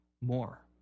more